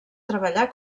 treballar